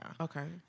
Okay